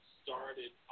started